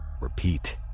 Repeat